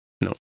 no